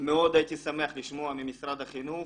מאוד הייתי שמח לשמוע ממשרד החינוך,